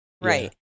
Right